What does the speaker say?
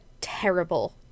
terrible